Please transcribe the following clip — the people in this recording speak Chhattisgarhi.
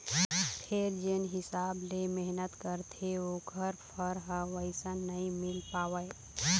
फेर जेन हिसाब ले मेहनत करथे ओखर फर ह वइसन नइ मिल पावय